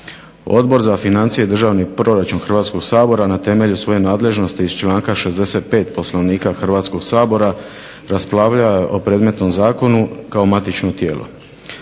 Odbor za financije i državni proračun Hrvatskog sabora na temelju svoje nadležnosti iz članka 65. Poslovnika Hrvatskog sabora raspravljao je o predmetnom zakonu kao matično tijelo.